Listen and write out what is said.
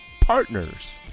partners